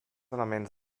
elements